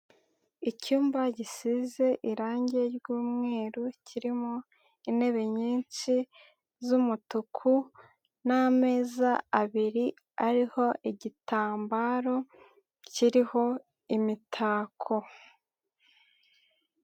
Icyumba gisize irangi ry'umweru, kirimo intebe nyinshi z'umutuku n' ameza, abiri ariho igitambaro, kiriho imitako.